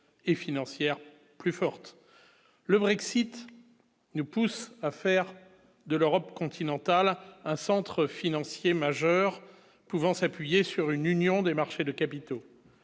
et financière plus forte le Brexit nous pousse à faire de l'Europe continentale, un centre financier majeur, pouvant s'appuyer sur une union des marchés de capitaux,